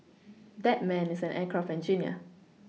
that man is an aircraft engineer